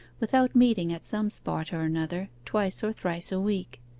without meeting at some spot or another, twice or thrice a week.